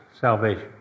salvation